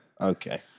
Okay